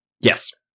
Yes